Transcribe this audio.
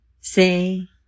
Say